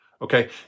Okay